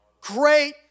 Great